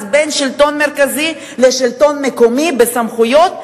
בין השלטון המרכזי לשלטון המקומי בסמכויות ובאחריות.